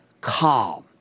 Calm